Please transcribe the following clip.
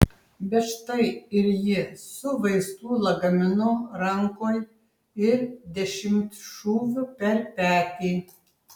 bet štai ir ji su vaistų lagaminu rankoj ir dešimtšūviu per petį